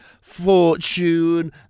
fortune